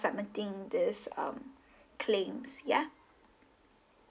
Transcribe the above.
submitting this um claims ya